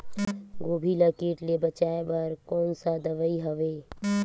गोभी ल कीट ले बचाय बर कोन सा दवाई हवे?